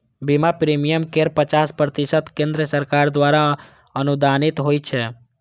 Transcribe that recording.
बीमा प्रीमियम केर पचास प्रतिशत केंद्र सरकार द्वारा अनुदानित होइ छै